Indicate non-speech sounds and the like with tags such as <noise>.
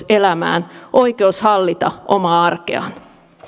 <unintelligible> elämään oikeuden hallita omaa arkeaan